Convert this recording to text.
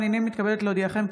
הינני מתכבדת להודיעכם,